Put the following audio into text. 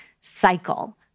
cycle